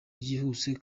ryihuse